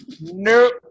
nope